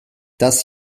das